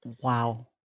Wow